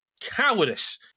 Cowardice